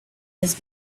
his